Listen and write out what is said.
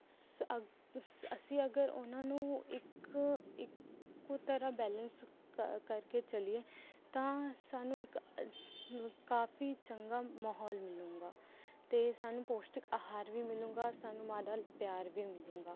ਅਸੀਂ ਅਗਰ ਉਹਨਾਂ ਨੂੰ ਇੱਕ ਇੱਕੋ ਤਰ੍ਹਾਂ ਬੈਲੈਂਸ ਕਰਕੇ ਚੱਲੀਏ ਤਾਂ ਸਾਨੂੰ ਇੱਕ ਕਾਫੀ ਚੰਗਾ ਮਾਹੌਲ ਮਿਲੇਗਾ ਅਤੇ ਸਾਨੂੰ ਪੋਸ਼ਟਿਕ ਆਹਾਰ ਵੀ ਮਿਲੇਗਾ ਸਾਨੂੰ ਮਾਂ ਦਾ ਪਿਆਰ ਵੀ ਮਿਲੇਗਾ